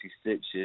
stitches